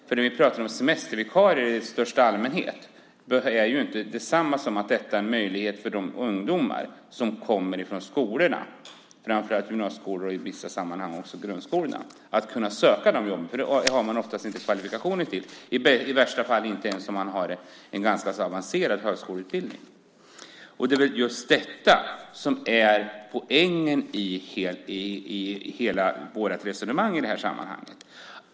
Att det behövs semestervikarier i största allmänhet är inte detsamma som en möjlighet för de ungdomar som kommer från skolorna, framför allt från gymnasieskolorna och i vissa sammanhang också grundskolorna, att söka de jobben. Det har de oftast inte kvalifikationer till, och det har man i värsta fall inte ens om man har en ganska avancerad högskoleutbildning. Det är just detta som är poängen i hela vårt resonemang i det här sammanhanget.